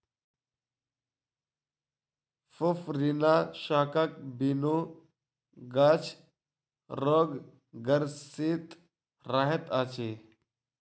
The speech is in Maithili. फुफरीनाशकक बिनु गाछ रोगग्रसित रहैत अछि